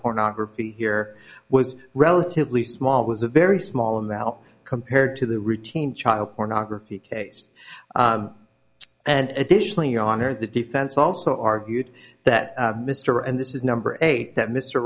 pornography here was relatively small was a very small amount compared to the routine child pornography case and additionally your honor the defense also argued that mr and this is number eight that mr